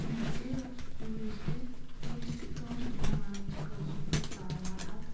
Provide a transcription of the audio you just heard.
مےٚ چھِ ٹیٛوٗرِسٹہٕ ٹیٛوٗرِسٹہٕ تِم یِمَن وَنان چھِ کٲشِرۍ پٲٹھۍ سیاحَت